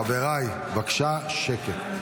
חבריי, בבקשה שקט.